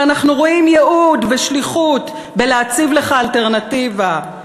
ואנחנו רואים ייעוד ושליחות בלהציב לך אלטרנטיבה,